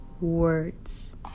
words